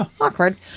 Awkward